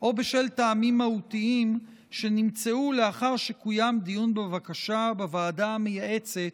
או בשל טעמים מהותיים שנמצאו לאחר שקוים דיון בבקשה בוועדה המייעצת